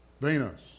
Venus